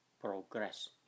progress